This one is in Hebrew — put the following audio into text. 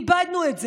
איבדנו את זה.